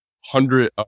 hundred